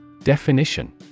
Definition